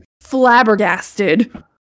flabbergasted